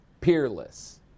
peerless